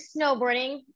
snowboarding